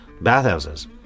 Bathhouses